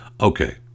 Okay